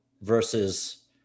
versus